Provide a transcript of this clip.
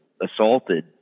assaulted